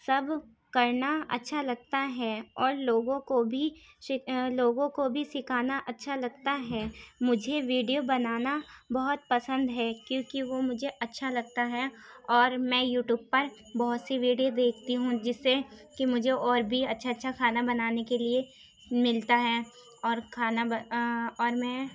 سب کرنا اچّھا لگتا ہے اور لوگوں کو بھی لوگوں کو بھی سکھانا اچّھا لگتا ہے مجھے ویڈیو بنانا بہت پسند ہے کیونکہ وہ مجھے اچّھا لگتا ہے اور میں یو ٹیوب پر بہت سی ویڈیو دیکھتی ہوں جس سے کہ مجھے اور بھی اچّھا اچّھا کھانا بنانے کے لیے ملتا ہے اور کھانا اور میں